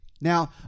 Now